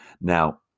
Now